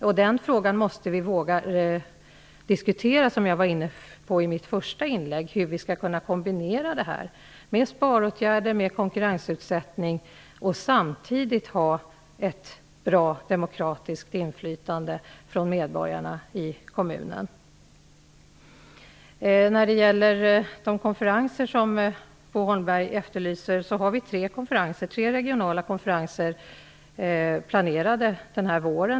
Vi måste våga diskutera den fråga jag nämnde i mitt första inlägg, nämligen hur vi skall kombinera sparåtgärder, konkurrens och samtidigt ha ett bra demokratiskt inflytande från medborgarna i kommunen. Bo Holmberg efterlyser konferenser. Tre regionala konferenser finns planerade för denna vår.